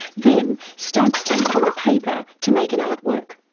then stamps them on the paper to make an artwork.